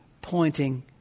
pointing